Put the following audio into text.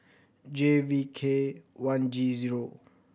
J V K one G zero